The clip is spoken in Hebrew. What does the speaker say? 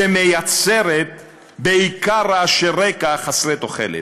שמייצרת בעיקר רעשי רקע חסרי תוחלת,